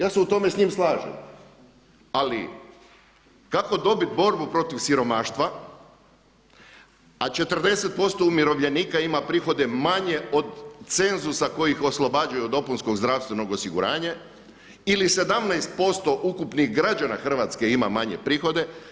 Ja se u tome s njim slažem, ali kako dobiti borbu protiv siromaštva a 40% umirovljenika ima prihode manje od cenzusa koji ih oslobađaju od dopunskog zdravstvenog osiguranja ili 17% ukupnih građana Hrvatske ima manje prihode.